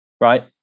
right